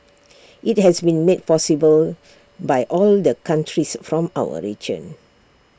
IT has been made possible by all the countries from our region